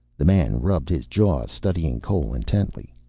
the man rubbed his jaw, studying cole intently.